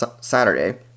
Saturday